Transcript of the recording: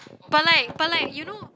but like but like you know